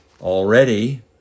already